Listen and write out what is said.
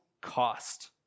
cost